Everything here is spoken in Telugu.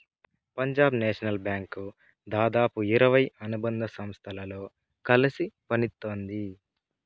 పంజాబ్ నేషనల్ బ్యాంకు దాదాపు ఇరవై అనుబంధ సంస్థలతో కలిసి పనిత్తోంది